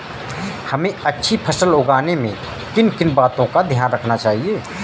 हमें अच्छी फसल उगाने में किन किन बातों का ध्यान रखना चाहिए?